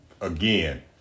again